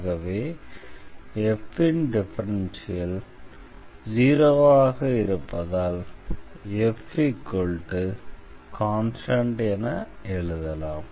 ஆகவே f ன் differential 0 ஆக இருப்பதால் fகான்ஸ்டண்ட் என எழுதலாம்